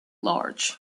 large